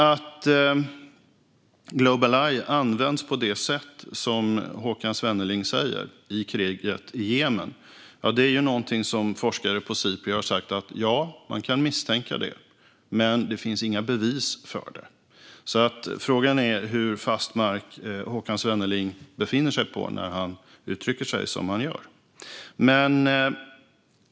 Att Global Eye används på det sätt som Håkan Svenneling säger i kriget i Jemen är någonting som forskare på Sipri har sagt att man kan misstänka, men det finns inga bevis för det. Frågan är hur fast mark Håkan Svenneling befinner sig på när han uttrycker sig som han gör.